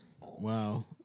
Wow